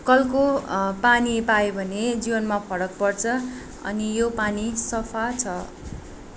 कलको पानी पायो भने जीवनमा फरक पर्छ अनि यो पानी सफा छ